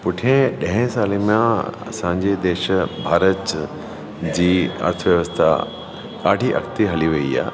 पुठिएं ॾहें साले मां असांजे देश भारत जी अर्थव्यवस्था ॾाढी अॻिते हली वयी आहे